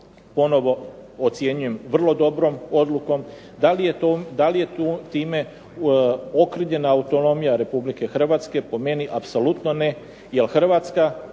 ponovo ocjenjujem vrlo dobrom odlukom, da li je time okrivljena autonomija Republike Hrvatske, po meni apsolutno ne,